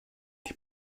die